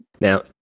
Now